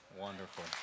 Wonderful